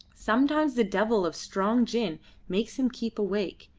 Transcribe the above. sometimes the devil of strong gin makes him keep awake,